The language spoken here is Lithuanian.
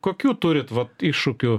kokių turit vat iššūkių